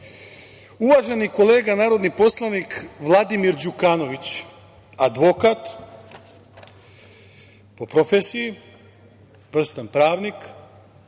sudstva. Uvaženi kolega narodni poslanik Vladimir Đukanović, advokat po profesiji, vrstan pravnik,